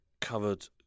covered